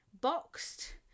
boxed